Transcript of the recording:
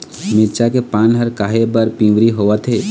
मिरचा के पान हर काहे बर पिवरी होवथे?